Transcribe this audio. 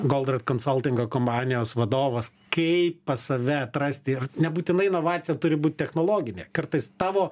goldrat konsoltingo kompanijos vadovas kaip pas save atrasti ir nebūtinai inovacija turi būt technologinė kartais tavo